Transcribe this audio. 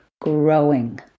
growing